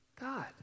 God